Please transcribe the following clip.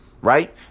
right